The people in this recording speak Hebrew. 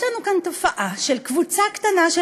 יש לנו כאן תופעה של קבוצה קטנה של